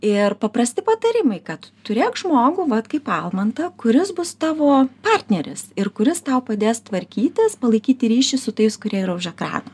ir paprasti patarimai kad turėk žmogų vat kaip almantą kuris bus tavo partneris ir kuris tau padės tvarkytis palaikyti ryšį su tais kurie yra už ekrano